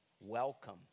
welcome